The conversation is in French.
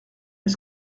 est